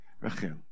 Rachel